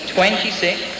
Twenty-six